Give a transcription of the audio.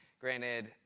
Granted